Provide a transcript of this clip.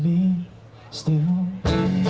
me and